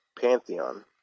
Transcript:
pantheon